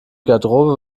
garderobe